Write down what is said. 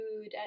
food